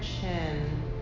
chin